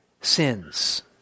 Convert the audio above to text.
sins